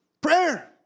Prayer